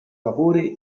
vapore